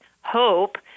hope